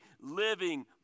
living